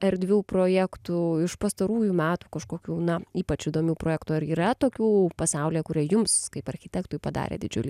erdvių projektų iš pastarųjų metų kažkokių na ypač įdomių projektų ar yra tokių pasaulyje kurie jums kaip architektui padarė didžiulį